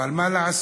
אבל מה לעשות?